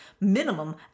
minimum